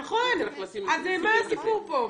נכון, אז מה הסיפור פה?